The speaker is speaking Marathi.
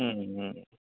हंं हं